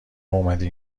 اومدی